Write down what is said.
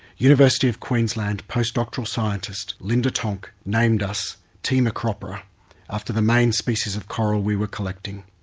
university of queensland postdoctoral scientist linda tonk named us team acropora after the main species of coral we were collecting.